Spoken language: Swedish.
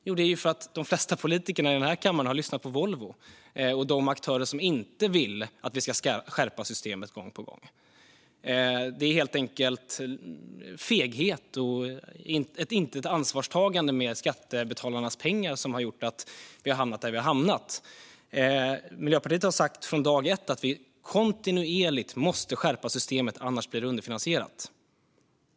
Jo, det är för att de flesta politikerna i denna kammare har lyssnat på Volvo och de aktörer som inte vill att vi ska skärpa systemet gång på gång. Det är helt enkelt feghet och icke-ansvarstagande med skattebetalarnas pengar som har gjort att vi har hamnat där vi har hamnat. Miljöpartiet har från dag ett sagt att vi kontinuerligt måste skärpa systemet, annars blir det underfinansierat.